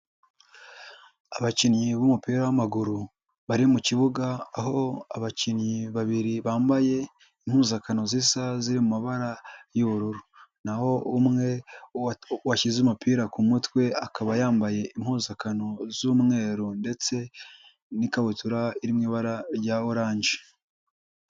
Abakinnyi b'umupira w'amaguru bari mu kibuga, aho abakinnyi babiri bambaye impuzankano zisa ziri mu mabara y'ubururu, naho umwe washyize umupira ku mutwe akaba yambaye impuzankano z'umweru ndetse n'ikabutura iri mu ibara rya orange.